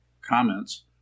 comments